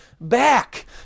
back